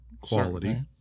quality